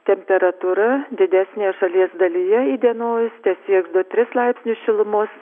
temperatūra didesnėje šalies dalyje įdienojus tesieks du tris laipsnius šilumos